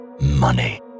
money